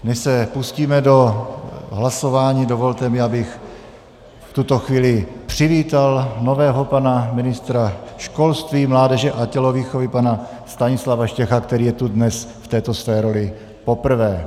Než se pustíme do hlasování, dovolte mi, abych v tuto chvíli přivítal nového pana ministra školství, mládeže a tělovýchovy pana Stanislava Štecha, který je tu dnes v této své roli poprvé.